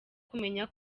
kumenya